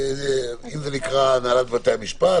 אם זה נקרא "הנהלת בתי המשפט",